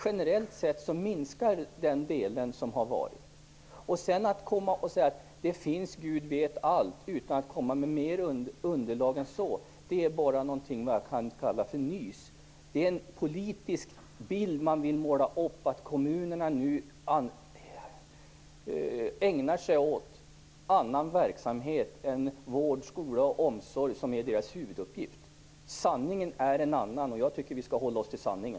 Generellt sett minskar den delen. Att säga att det finns Gud vet allt utan att komma med mer underlag än så är bara vad jag kallar för nys. Det är en politisk bild man vill måla upp att kommunerna nu ägnar sig åt annan verksamhet än vård, skola och omsorg, som är deras huvuduppgift. Sanningen är en annan, och jag tycker att vi skall hålla oss till sanningen.